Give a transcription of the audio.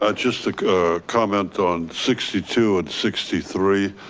ah just like a comment on sixty two and sixty three.